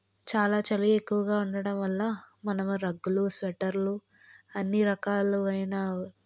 చాలా చలి ఎక్కువగా ఉండడం వల్ల మనం రగ్గులు స్వెటర్లు అన్ని రకాలవైన